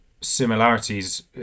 similarities